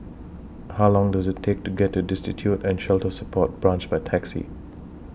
How Long Does IT Take to get to Destitute and Shelter Support Branch By Taxi